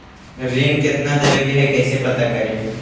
ऋण कितना देवे के है कैसे पता करी?